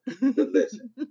Listen